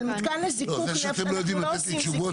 אבל מתקן לזיקוק נפט, אנחנו לא עושים זיקוק.